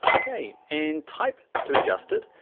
okay, and type to adjust it,